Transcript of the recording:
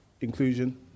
inclusion